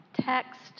text